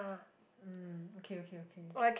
mm okay okay okay